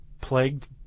plagued